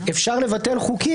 השר לביטחון לאומי,